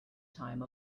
time